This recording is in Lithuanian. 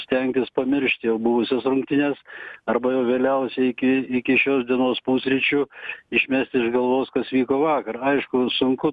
stengtis pamiršt jau buvusias rungtynes arba vėliausiai iki iki šios dienos pusryčių išmest iš galvos kas vyko vakar aišku sunku